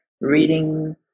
reading